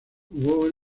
jugo